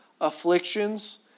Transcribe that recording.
afflictions